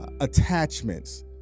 attachments